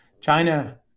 China